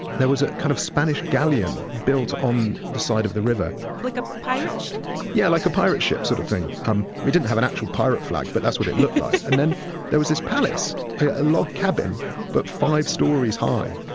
there was a kind of spanish galleon built on the side of the river like a pirate ship? yeah, like a pirate ship that sort of thing. um he didn't have an actual pirate flag, but that's what it looked like and then there was this palace a log cabin but five stories high.